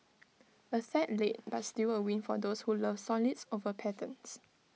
A sad late but still A win for those who love solids over patterns